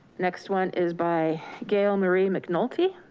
next one is by gail marie mcnulty.